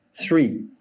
three